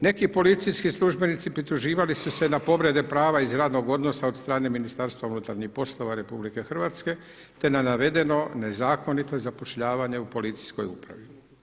Neki policijski službenici prituživali su se na povrede prava iz radnog odnosa od strane Ministarstva unutarnjih poslova RH te na navedeno nezakonito zapošljavanje u policijskoj upravi.